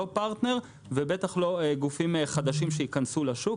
לא פרטנר ובטח לא גופים חדשים שייכנסו לשוק,